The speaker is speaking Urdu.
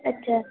اچھا